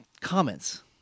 comments